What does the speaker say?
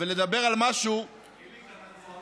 אנחנו אוהבים אותך.